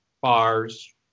bars